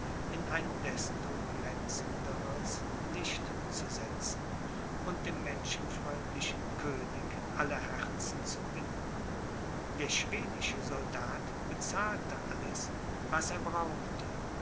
in ein desto glänzenderes licht zu setzen und dem menschenfreundlichen könig alle herzen zu gewinnen der schwedische soldat bezahlte alles was er brauchte